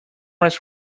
was